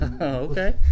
Okay